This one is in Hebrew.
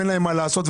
אין להם מה לעשות,